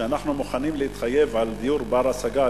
שאנחנו מוכנים להתחייב על דיור בר-השגה.